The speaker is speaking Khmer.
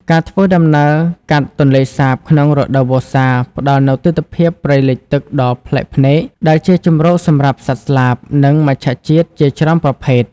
ការធ្វើដំណើរកាត់ទន្លេសាបក្នុងរដូវវស្សា ផ្តល់នូវទិដ្ឋភាពព្រៃលិចទឹកដ៏ប្លែកភ្នែក ដែលជាជម្រកសម្រាប់សត្វស្លាប និងមច្ឆជាតិជាច្រើនប្រភេទ។